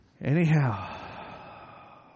Anyhow